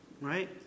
right